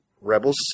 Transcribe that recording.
Rebels